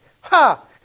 ha